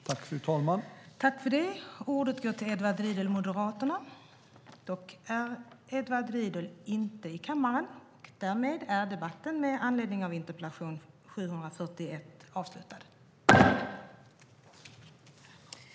Tredje vice talmannen konstaterade att interpellanten inte var närvarande i kammaren och förklarade överläggningen avslutad.